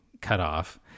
cutoff